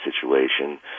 situation